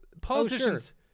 politicians